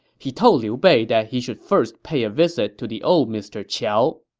he told liu bei that he should first pay a visit to the old mr. qiao.